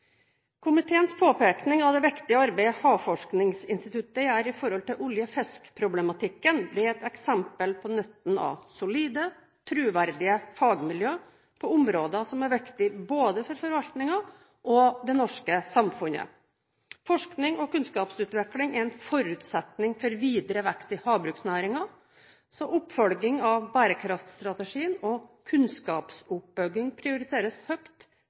Komiteens påpekning av det viktige arbeidet Havforskningsinstituttet gjør vedrørende olje/fisk-problematikken, er et eksempel på nytten av solide, troverdige fagmiljøer på områder som er viktige både for forvaltningen og for det norske samfunnet. Forskning og kunnskapsutvikling er en forutsetning for videre vekst i havbruksnæringen, så oppfølging av bærekraftstrategien og kunnskapsoppbygging prioriteres høyt